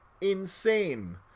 insane